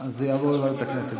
אז זה יעבור לוועדת הכנסת.